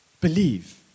Believe